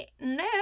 No